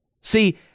See